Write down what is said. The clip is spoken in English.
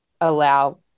allow